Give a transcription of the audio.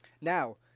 now